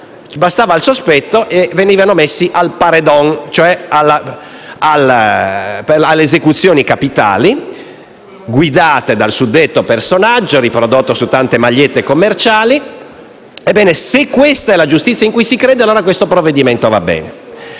bastava il sospetto per essere messi al *paredón*, cioè condannati alla pena capitale, guidata dal suddetto personaggio, riprodotto su tante magliette commerciali. Se questa è la giustizia in cui si crede, allora questo provvedimento va bene.